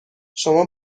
شما